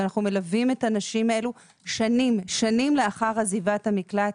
ואנו מלווים את הנשים הללו שנים לאחר עזיבת המקלט,